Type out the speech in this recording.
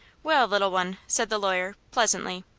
well, little one, said the lawyer, pleasantly,